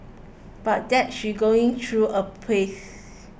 but that she's going through a phase